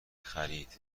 خرید